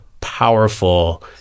powerful